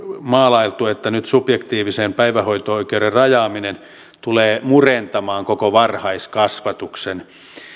maalailtu että nyt subjektiivisen päivähoito oikeuden rajaaminen tulee murentamaan koko varhaiskasvatuksen